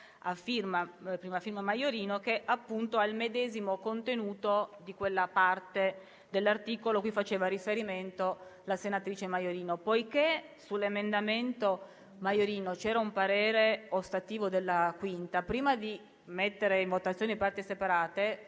senatrice Maiorino, che ha il medesimo contenuto di quella parte dell'articolo a cui faceva riferimento la senatrice Maiorino. Poiché sull'emendamento 7.0.1 c'era un parere ostativo della 5a Commissione, prima di mettere in votazione l'emendamento